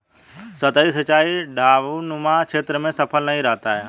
सतही सिंचाई ढवाऊनुमा क्षेत्र में सफल नहीं रहता है